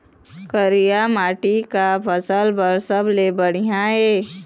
करिया माटी का फसल बर सबले बढ़िया ये?